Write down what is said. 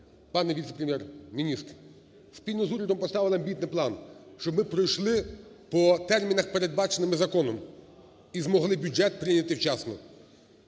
Пане віце-прем'єр-міністре, спільно з урядом поставили амбітний план, щоб ми пройшли по термінах, передбачених законом, і змогли бюджет прийняти вчасно.